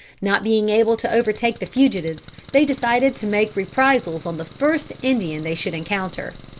not being able to overtake the fugitives, they decided to make reprisals on the first indians they should encounter.